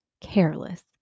careless